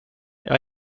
jag